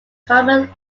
common